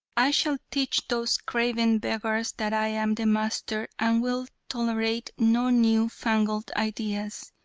i shall teach those craven beggars that i am the master and will tolerate no new-fangled ideas.